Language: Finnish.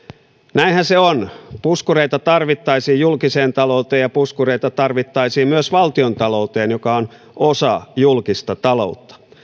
näinhän se on puskureita tarvittaisiin julkiseen talouteen ja puskureita tarvittaisiin myös valtiontalouteen joka on osa julkista taloutta